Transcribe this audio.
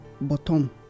bottom